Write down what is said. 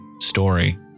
story